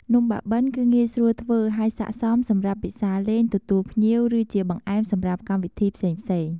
នំបាក់បិនគឺងាយស្រួលធ្វើ ហើយសក្ដិសមសម្រាប់ពិសារលេង ទទួលភ្ញៀវ ឬជាបង្អែមសម្រាប់កម្មវិធីផ្សេងៗ។